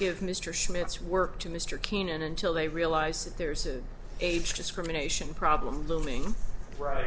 give mr schmitz work to mr keenan until they realize that there's an age discrimination problem looming right